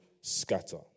scatter